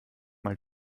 mal